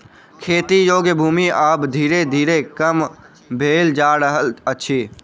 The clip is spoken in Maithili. खेती योग्य भूमि आब धीरे धीरे कम भेल जा रहल अछि